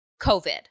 COVID